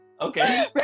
Okay